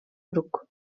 bruc